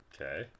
Okay